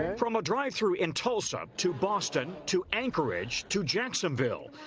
from a drive-thru in tulsa to boston to anchorage to jacksonville.